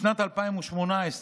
בשנת 2018,